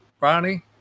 Ronnie